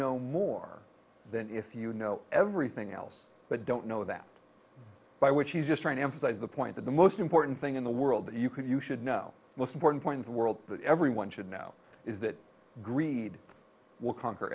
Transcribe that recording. know more than if you know everything else but don't know that by which he's just trying to emphasize the point that the most important thing in the world that you could you should know the most important point the world that everyone should know is that greed will conquer